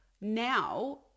now